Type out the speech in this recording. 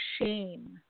shame